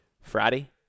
Friday